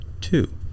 two